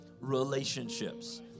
relationships